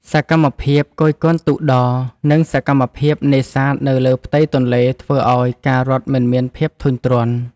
សកម្មភាពគយគន់ទូកដរ និងសកម្មភាពនេសាទនៅលើផ្ទៃទន្លេ ធ្វើឱ្យការរត់មិនមានភាពធុញទ្រាន់។